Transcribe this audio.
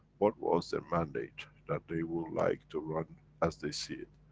what was their mandate. that they will like to run as they see it.